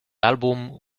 álbum